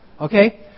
Okay